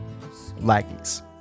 laggies